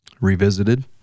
revisited